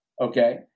okay